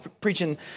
preaching